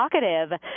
talkative